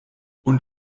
und